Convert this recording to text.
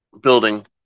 building